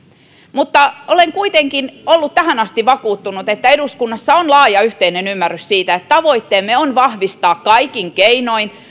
mutta olen kuitenkin ollut tähän asti vakuuttunut että eduskunnassa on laaja yhteinen ymmärrys siitä että tavoitteemme on vahvistaa kaikin keinoin